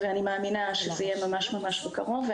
ואני מאמינה שזה יהיה ממש ממה בקרוב.